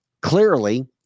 clearly